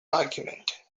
argument